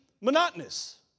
monotonous